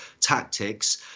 tactics